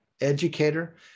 educator